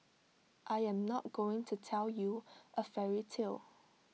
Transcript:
I am not going to tell you A fairy tale